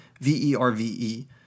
V-E-R-V-E